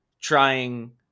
trying